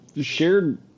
shared